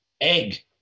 egg